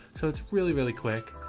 so it's really, really quick.